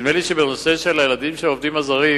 נדמה לי שבנושא של הילדים של העובדים הזרים